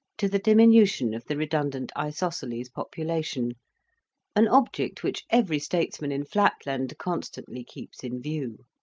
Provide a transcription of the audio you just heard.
to the diminution of the redundant isosceles population an object which every statesman in flatland constantly keeps in view.